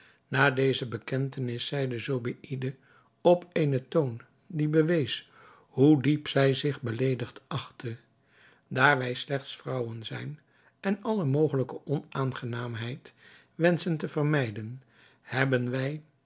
na deze bekentenis zeide zobeïde op eenen toon die bewees hoe diep zij zich beleedigd achtte daar wij slechts vrouwen zijn en alle mogelijke onaangenaamheid wenschen te vermijden hebben wij